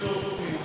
חבר הכנסת לוין,